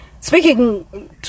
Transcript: speaking